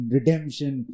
Redemption